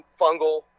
fungal